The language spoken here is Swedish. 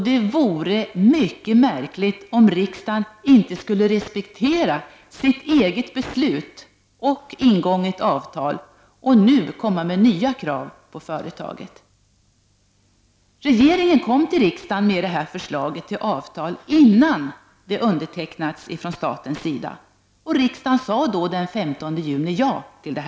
Det vore mycket märkligt om riksdagen inte skulle respektera sitt eget beslut och ingånget avtal och nu komma med nya krav på företaget. Regeringen kom till riksdagen med detta förslag till avtal innan det hade undertecknats från statens sida, och riksdagen sade då ja.